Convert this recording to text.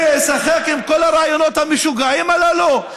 כדי לשחק עם כל הרעיונות המשוגעים הללו?